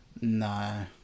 No